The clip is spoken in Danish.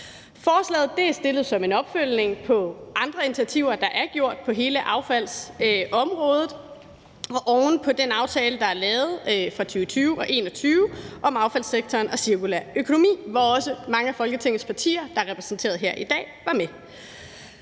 Forslaget er fremsat som en opfølgning på andre initiativer, der er gjort på hele affaldsområdet, og oven på den aftale, der er lavet for 2020 og 2021 om affaldssektoren og cirkulær økonomi, hvor også mange af Folketingets partier, der er repræsenteret her i dag, var med.